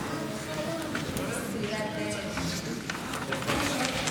קודם כול אני רוצה